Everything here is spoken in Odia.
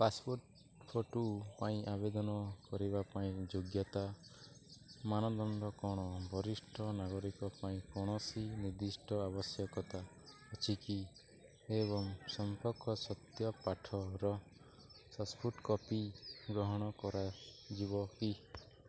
ପାସପୋର୍ଟ ଫଟୋ ପାଇଁ ଆବେଦନ କରିବା ପାଇଁ ଯୋଗ୍ୟତା ମାନଦଣ୍ଡ କ'ଣ ବରିଷ୍ଠ ନାଗରିକ ପାଇଁ କୌଣସି ନିର୍ଦ୍ଦିଷ୍ଟ ଆବଶ୍ୟକତା ଅଛି କି ଏବଂ ସମ୍ପର୍କ ସତ୍ୟପାଠର ସପ୍ଟ କପି ଗ୍ରହଣ କରାଯିବ କି